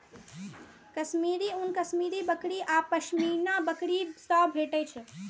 कश्मीरी ऊन कश्मीरी बकरी आ पश्मीना बकरी सं भेटै छै